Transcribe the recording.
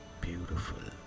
beautiful